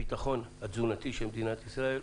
הביטחון התזונתי של מדינת ישראל.